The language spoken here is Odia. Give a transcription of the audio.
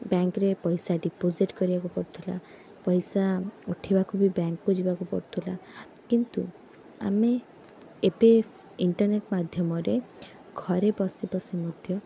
ବ୍ୟାଙ୍କରେ ପଇସା ଡିପୋଜିଟ୍ କରିବାକୁ ପଡ଼ୁଥିଲା ପଇସା ଉଠାଇବାକୁ ବି ବ୍ୟାଙ୍କକୁ ଯିବାକୁ ପଡ଼ୁଥିଲା କିନ୍ତୁ ଆମେ ଏବେ ଇଣ୍ଟରନେଟ୍ ମାଧ୍ୟମରେ ଘରେ ବସି ବସି ମଧ୍ୟ